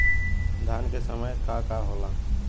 धान के समय का का होला?